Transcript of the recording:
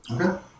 Okay